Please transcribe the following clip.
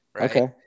Okay